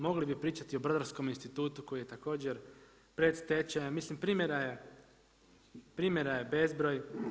Mogli bi pričati o Brodarskom institutu koji je također pred stečajem, mislim primjera je bezbroj.